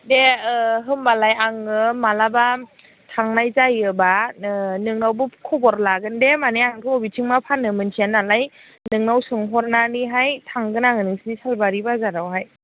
दे होनबालाय आङो मालाबा थांनाय जायोबानो नोंनावबो खबर लागोन दे माने आंथ' बिथिं मा फानो मोन्थिया नालाय नोंनाव सोंहरनानैहाय थांगोन आङो नोंसिनि सालबारि बाजारावहाय